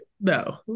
no